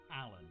Alan